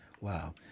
Wow